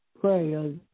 pray